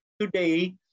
Today